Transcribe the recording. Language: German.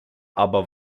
aber